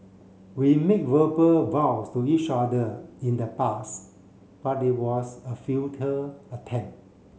we made verbal vows to each other in the past but it was a futile attempt